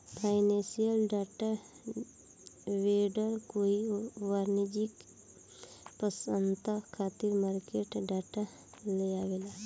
financial data vendor कोई वाणिज्यिक पसंस्था खातिर मार्केट डाटा लेआवेला